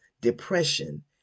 depression